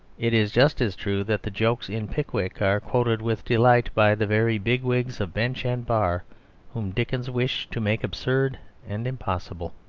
it is just as true that the jokes in pickwick are quoted with delight by the very bigwigs of bench and bar whom dickens wished to make absurd and impossible.